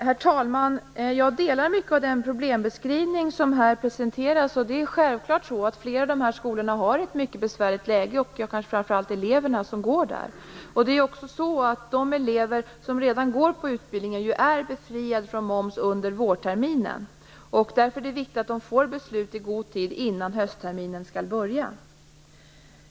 Herr talman! Jag håller med om mycket av den problembeskrivning som presenteras här. Många av de här skolorna befinner sig i ett mycket besvärligt läge. Det gäller kanske framför allt eleverna som går där. De elever som redan går på utbildningen är befriade från moms under vårterminen. Därför är det viktigt att de får beslut i god tid innan höstterminen skall börja.